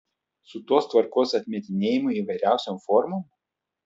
su tos tvarkos atmetinėjimu įvairiausiom formom